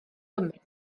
gymru